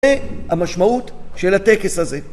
זה המשמעות של הטקס הזה.